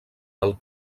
del